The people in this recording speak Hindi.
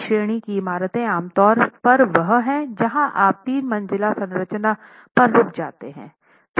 ई श्रेणी की इमारतें आमतौर वह है जहाँ आप 3 मंजिला संरचना पर रुक जाते हैं